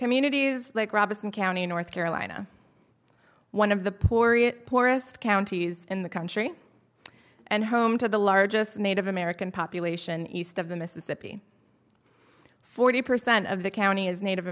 communities like robinson county north carolina one of the poor it poorest counties in the country and home to the largest native american population east of the mississippi forty percent of the county is native